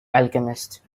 alchemist